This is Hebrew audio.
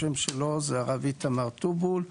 השם שלו זה הרב איתמר טובול,